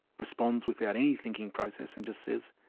responds without any thinking process and just says,